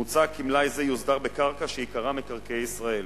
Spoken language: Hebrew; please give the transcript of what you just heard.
מוצע כי מלאי זה יוסדר בקרקע שעיקרה מקרקעי ישראל,